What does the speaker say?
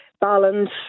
balance